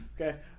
Okay